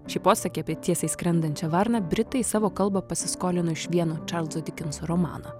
šį posakį apie tiesiai skrendančią varną britai į savo kalbą pasiskolino iš vieno čarlzo dikenso romano